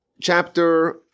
chapter